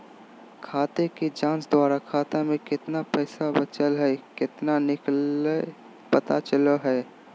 खाते के जांच द्वारा खाता में केतना पैसा बचल हइ केतना निकलय पता चलो हइ